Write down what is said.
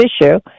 issue